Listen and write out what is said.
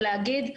ולהגיד,